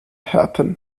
happen